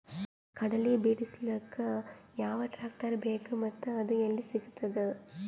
ಕಡಲಿ ಬಿಡಿಸಲಕ ಯಾವ ಟ್ರಾಕ್ಟರ್ ಬೇಕ ಮತ್ತ ಅದು ಯಲ್ಲಿ ಸಿಗತದ?